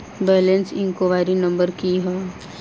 Balance enquiry number की है?